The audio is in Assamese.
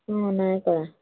নাই কৰা